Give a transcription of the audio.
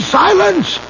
silence